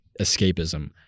escapism